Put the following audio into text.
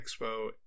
expo